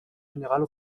générale